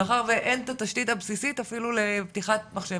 מאחר ואין את התשתית הבסיסית אפילו לפתיחת מחשב.